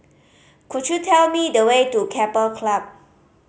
could you tell me the way to Keppel Club